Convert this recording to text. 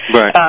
Right